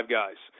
guys